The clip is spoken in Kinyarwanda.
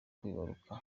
kwibaruka